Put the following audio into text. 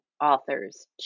authors